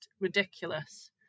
ridiculous